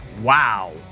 Wow